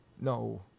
No